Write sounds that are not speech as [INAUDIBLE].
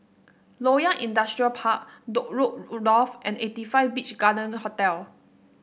Loyang Industrial Park Dock Road [UNINTELLIGIBLE] and eighty five Beach Garden Hotel